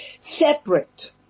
separate